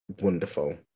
wonderful